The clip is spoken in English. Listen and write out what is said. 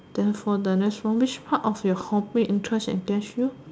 then for the next one which part of your hobby interest engage you